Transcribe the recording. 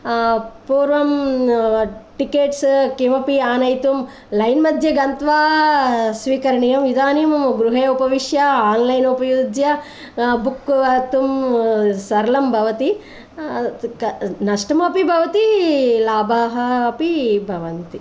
पूर्वं टिकेट्स् किमपि आनयेतुं लैन् मध्ये गत्वा स्वीकरणीयम् इदानीं गृहे उपविश्य आन्लैन् उपयुज्य बुक् कर्तुं सरलं भवति नष्टम् अपि भवति लाभाः अपि भवन्ति